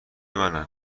منن